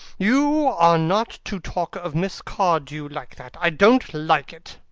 you are not to talk of miss cardew like that. i don't like it.